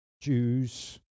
Jews